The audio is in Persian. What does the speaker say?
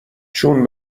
چون